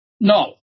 No